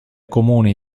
comuni